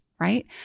right